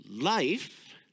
life